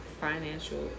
financial